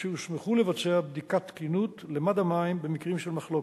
שהוסמכו לבצע בדיקת תקינות למד המים במקרים של מחלוקת.